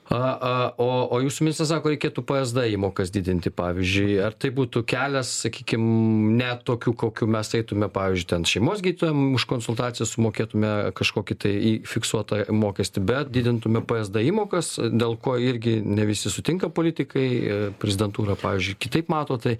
a a o o jūsų ministras sako reikėtų p es d įmokas didinti pavyzdžiui ar tai būtų kelias sakykim ne tokiu kokiu mes eitume pavyzdžiui ten šeimos gydytojam už konsultaciją sumokėtume kažkokį tai į fiksuotąjį mokestį bet didintume p es d įmokas e dėl ko irgi ne visi sutinka politikai į prezidentūrą pavyzdžiui kitaip mato tai